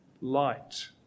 Light